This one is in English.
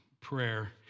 prayer